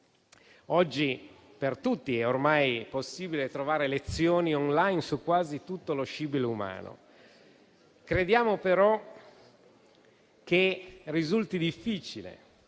Oggi per tutti è ormai possibile trovare lezioni *on line* su quasi tutto lo scibile umano. Crediamo però che risulti difficile